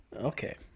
Okay